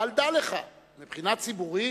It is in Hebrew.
אבל דע לך, מבחינה ציבורית,